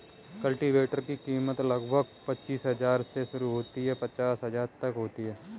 cultivator की कीमत लगभग पचीस हजार से शुरू होकर पचास हजार तक होती है